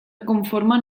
conformen